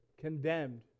condemned